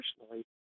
personally